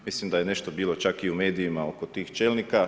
Mislim da je nešto bilo čak i u medijima oko tih čelnika.